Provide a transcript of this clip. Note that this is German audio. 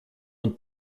und